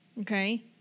okay